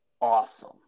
awesome